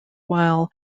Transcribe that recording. while